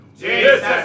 Jesus